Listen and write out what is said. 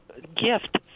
gift